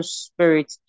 spirit